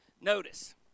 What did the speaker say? Notice